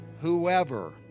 whoever